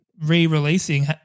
re-releasing